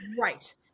Right